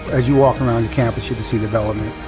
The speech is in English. as you walk around campus, you can see development.